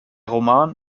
roman